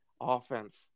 offense